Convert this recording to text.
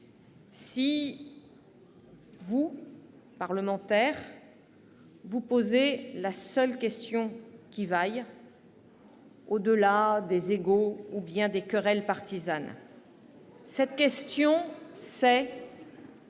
si vous, parlementaires, vous posez la seule question qui vaille, au-delà des ego ou des querelles partisanes Cette question est